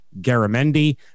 Garamendi